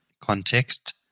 context